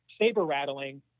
saber-rattling